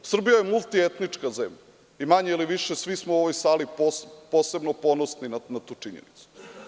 Srbija je multietnička zemlja i manje ili više svi smo u ovoj sali posebno ponosni na tu činjenicu.